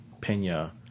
Pena